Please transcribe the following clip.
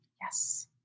Yes